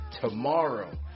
tomorrow